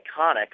iconic